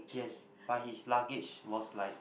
yes but his luggage was like